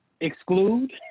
exclude